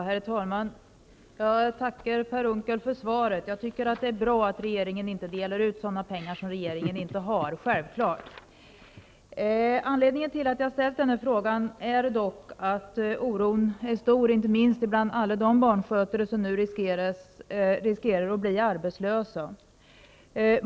Herr talman! Jag tackar Per Unckel för svaret. Jag tycker självfallet att det är bra att regeringen inte delar ut sådana pengar regeringen inte har. Anledningen till att jag ställde denna fråga är att oron är stor, inte minst bland alla de barnskötare som nu riskerar att bli arbetslösa.